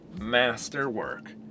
masterwork